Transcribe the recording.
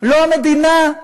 לא המדינה.